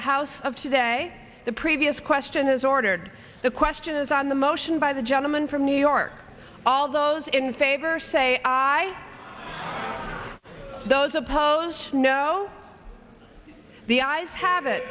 the house of today the previous question is ordered the question is on the motion by the gentleman from new york all those in favor say aye those opposed no the ayes ha